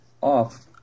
off